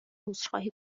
عذرخواهی